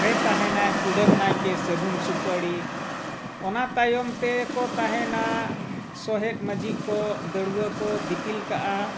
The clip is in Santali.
ᱨᱮ ᱛᱟᱦᱮᱱᱟᱭ ᱠᱩᱰᱟᱹᱢ ᱱᱟᱭᱠᱮ ᱥᱟᱹᱜᱩᱱ ᱥᱩᱯᱟᱹᱲᱤ ᱚᱱᱟ ᱛᱟᱭᱚᱢ ᱛᱮᱠᱚ ᱛᱟᱦᱮᱱᱟ ᱥᱚᱦᱮᱫ ᱢᱟᱹᱡᱷᱤ ᱠᱚ ᱫᱟᱹᱣᱟᱲᱟᱹ ᱠᱚ ᱫᱤᱯᱤᱞ ᱠᱟᱜᱼᱟ